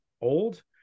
old